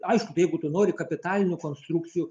aišku jeigu tu nori kapitalinių konstrukcijų